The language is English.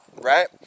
right